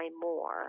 more